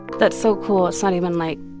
that's so cool. it's not even, like,